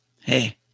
hey